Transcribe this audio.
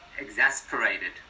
exasperated